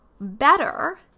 better